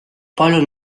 paljud